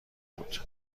بود